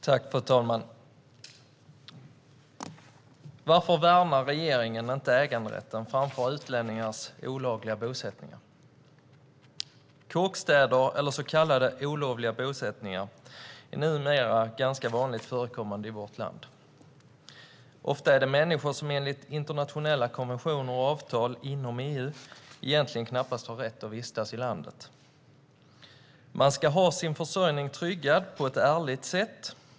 Fru talman! Varför värnar inte regeringen äganderätten framför utlänningars olagliga bosättningar? Kåkstäder eller så kallade olovliga bosättningar är numera ganska vanligt förekommande i vårt land. Ofta är det människor som enligt internationella konventioner och avtal inom EU egentligen knappast har rätt att vistas i landet. Det heter att man ska ha sin försörjning tryggad på ett ärligt sätt.